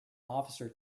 officer